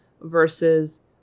Versus